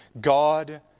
God